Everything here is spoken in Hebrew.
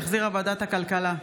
שהחזירה ועדת הכלכלה.